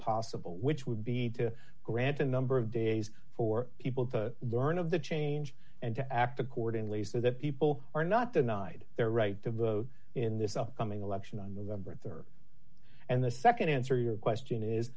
possible which would be to grant a number of days for people to learn of the change and to act accordingly so that people are not denied their right to vote in this upcoming election on november rd and the nd answer your question is